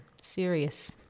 serious